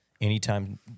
Anytime